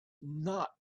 not